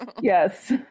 Yes